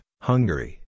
Hungary